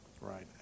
right